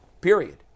period